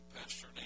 Pastor